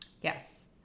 Yes